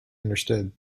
understood